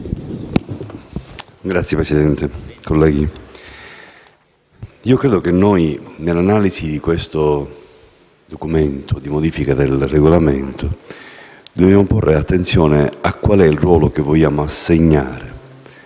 Signora Presidente, colleghi, io credo che nell'analisi di questo documento di modifica del Regolamento, dovremmo porre attenzione a qual è il ruolo che vogliamo assegnare